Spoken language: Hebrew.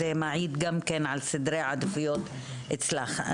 זה גם מעיד על סדרי עדיפויות אצלך.